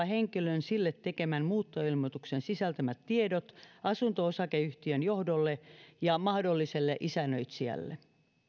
henkilön sille tekemän muuttoilmoituksen sisältämät tiedot asunto osakeyhtiön johdolle ja mahdolliselle isännöitsijälle